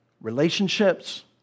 relationships